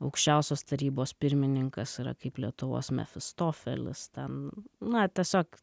aukščiausios tarybos pirmininkas yra kaip lietuvos mefistofelis ten na tiesiog